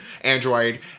Android